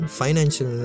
financial